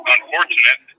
Unfortunate